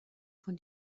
von